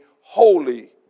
holy